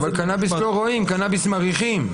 אבל קנאביס לא רואים, קנאביס מריחים.